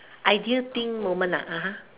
I didn't think moment ah (uh huh)